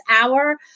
hour